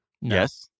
Yes